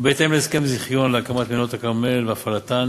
ובהתאם להסכם זיכיון להקמת מנהרות הכרמל והפעלתן.